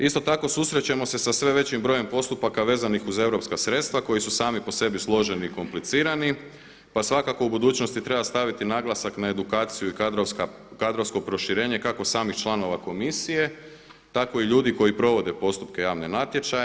Isto tako susrećemo se sa sve većim brojem postupaka vezanih uz europska sredstva koji su sami po sebi složeni i komplicirani pa svakako u budućnosti treba staviti naglasak na edukaciju i kadrovsko proširenje kako samih članova komisije tako i ljudi koji provode postupke javne natječaje.